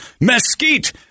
mesquite